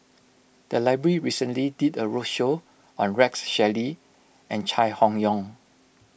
the library recently did a roadshow on Rex Shelley and Chai Hon Yoong